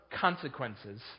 consequences